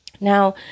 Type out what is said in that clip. Now